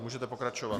Můžete pokračovat.